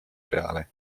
peale